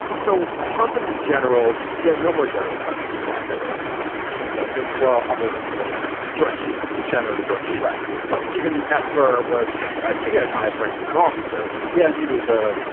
so trump and his generals, he has no more generals left in the cabinet or in top positions does a well, other than the joint chiefs, the chairman of the joint chiefs right but even esper was, i think highest rank was an officer. but yeah. and he was a,